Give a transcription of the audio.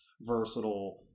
versatile